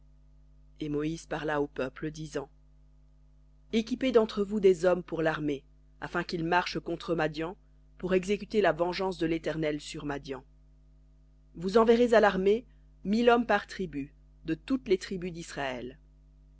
et moïse parla au peuple disant équipez d'entre vous des hommes pour l'armée afin qu'ils marchent contre madian pour exécuter la vengeance de l'éternel sur madian vous enverrez à l'armée mille par tribu de toutes les tribus d'israël